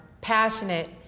passionate